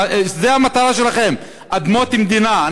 זה המטרה שלכם, אדמות מדינה.